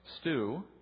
stew